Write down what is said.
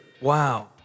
wow